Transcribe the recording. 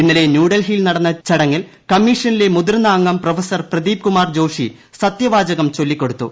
ഇന്നലെ ന്യൂഡൽഹിയിൽ നടന്ന ചടങ്ങിൽ കമ്മീഷനിലെ മുതിർന്ന അംഗം പ്രൊഫസർ പ്രദീപ്കുമാർ ജോഷി സത്യവാചകം ചൊല്ലിക്കൊടുത്തു